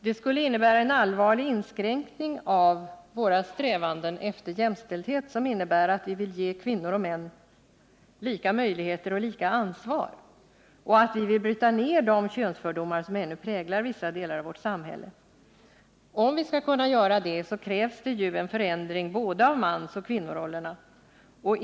Det skulle innebära en allvarlig inskränkning av våra strävanden för jämställdhet, som innebär att vi vill ge kvinnor och män lika möjligheter och lika ansvar och att vi vill bryta ned de könsfördomar som ännu präglar vissa delar av vårt samhälle. Om vi skall kunna göra detta, krävs det ju en förändring av både mansoch kvinnorollerna.